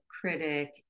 critic